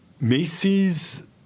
Macy's